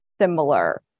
similar